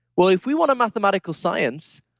well, if we want a mathematical science,